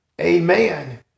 Amen